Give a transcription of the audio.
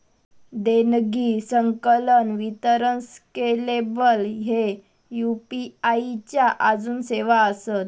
देणगी, संकलन, वितरण स्केलेबल ह्ये यू.पी.आई च्या आजून सेवा आसत